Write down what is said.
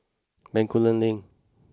Bencoolen Link